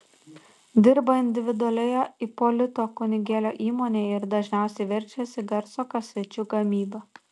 dirba individualioje ipolito kunigėlio įmonėje ir dažniausiai verčiasi garso kasečių gamyba